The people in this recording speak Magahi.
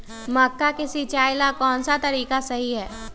मक्का के सिचाई ला कौन सा तरीका सही है?